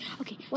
Okay